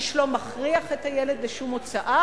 איש לא מכריח את הילד בשום הוצאה.